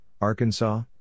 Arkansas